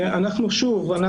שוב,